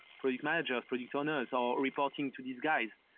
product managers, product owners or reporting to these guys.